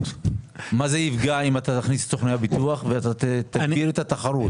מה זה יפגע אם תכניס את סוכני הביטוח ותגדיל את התחרות?